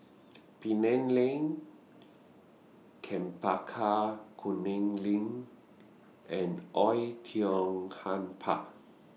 Penang Lane Chempaka Kuning LINK and Oei Tiong Ham Park